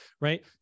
right